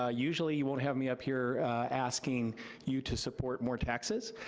ah usually you won't have me up here asking you to support more taxes,